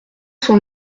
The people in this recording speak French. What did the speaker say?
sont